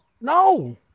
No